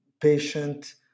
patient